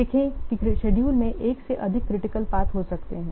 देखें कि शेड्यूल में एक से अधिक क्रिटिकल पाथ हो सकते हैं